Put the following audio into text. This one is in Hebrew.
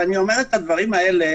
ואני אומר את הדברים האלה